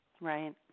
Right